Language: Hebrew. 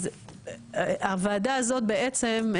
הוועדה הזאת בעצם,